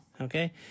Okay